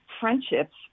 friendships